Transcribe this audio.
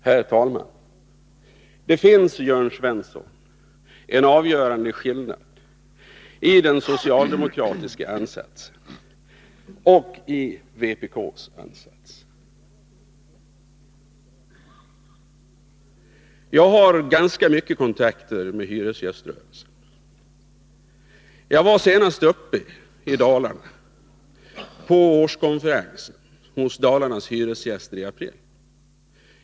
Herr talman! Det finns, Jörn Svensson, en avgörande skillnad mellan den socialdemokratiska ansatsen och vpk:s ansats. Jag har ganska mycket kontakter med hyresgäströrelsen. Jag var senast i april uppe i Dalarna på årskonferensen hos Dalarnas hyresgäster.